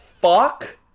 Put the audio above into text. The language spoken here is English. fuck